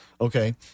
Okay